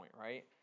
right